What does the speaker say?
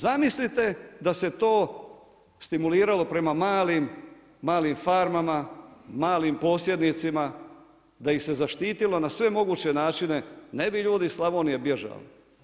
Zamislite da se to stimuliralo prema malim farmama, malim posjednicima da ih se zaštitilo na sve moguće načine, ne bi ljudi iz Slavonije bježali.